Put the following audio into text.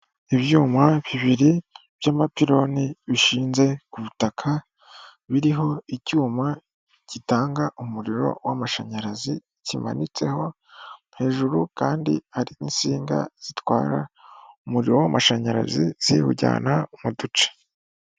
Ibyuma bibiri by'amapironi bishinze ku butaka biriho icyuma gitanga umuriro w'amashanyarazi kimanitseho, hejuru kandi hari insinga zitwara umuriro w'amashanyarazi ziwujyana mu duce.